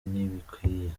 ntibikwiye